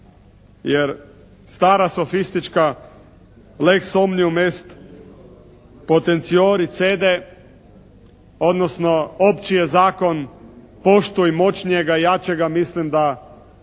jer stara sofistička les …/Govornik se ne razumije./… potenciori cede odnosno opći je zakon, poštuj moćnijega i jačega mislim da